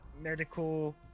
medical